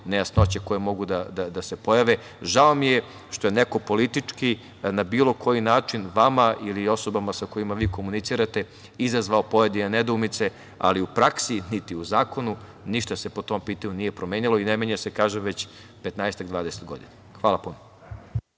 nejasnoća koje mogu da se pojave. Žao mi je što je neko politički, na bilo koji način vama ili osobama sa kojima vi komunicirate izazvao nedoumice, ali u praksi ili u zakonu ništa se nije promenilo i ne menja se, kažem, već 15, 20 godina. Hvala puno.